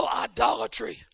idolatry